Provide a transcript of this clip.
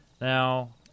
Now